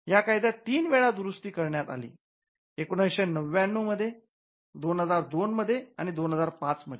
या कायद्यात तीन वेळा दुरुस्ती करण्यात आली१९९९ मध्ये २००२ मध्ये आणि २००५ मध्ये